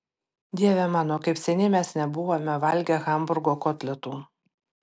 dieve mano kaip seniai mes nebuvome valgę hamburgo kotletų